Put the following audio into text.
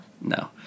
No